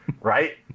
right